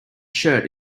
shirt